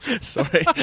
sorry